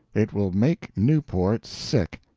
it will make newport sick.